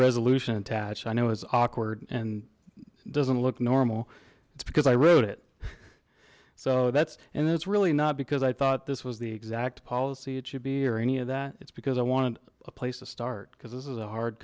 resolution attached i know it's awkward and doesn't look normal it's because i wrote it so that's and it's really not because i thought this was the exact policy it should be or any of that it's because i wanted a place to start because this is a hard